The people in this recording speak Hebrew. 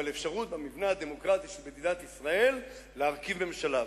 אבל אפשרות במבנה הדמוקרטי של מדינת ישראל להרכיב ממשלה.